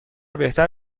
بهتر